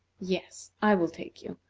yes, i will take you,